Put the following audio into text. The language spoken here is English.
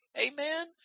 Amen